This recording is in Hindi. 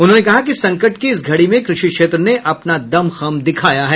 उन्होंने कहा कि संकट की इस घड़ी में कृषि क्षेत्र ने अपना दम खम दिखाया है